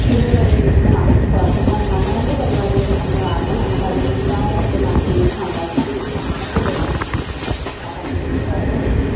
ടിവിയുടെ മുന്നിലിരിക്കുമ്പോൾ നമുക്ക് കുറച്ചെല്ലാം നല്ല നല്ല പരിപാടികള് നമ്മള് കാണുമ്പോൾ നമുക്ക് അതിനെന്താ ഒരു മനസ്സിനൊരു സന്തോഷം കിട്ടുന്നുണ്ട് അതൊക്കെ ഇത്രയൊക്കെ ഉള്ളു